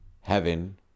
heaven